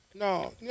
No